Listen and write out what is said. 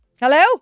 Hello